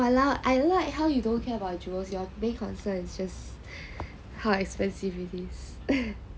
!walao! I like how you don't care about jewels and your main concern is how expensive it is